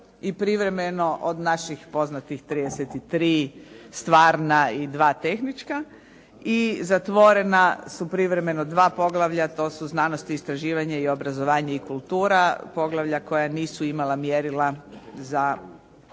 i privremeno od naših poznatih 33 stvarna i 2 tehnička i zatvorena su privremeno 2 poglavlja. To su Znanost i istraživanje i Obrazovanje i kulture, poglavlja koja nisu imala mjera za otvaranje